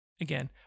Again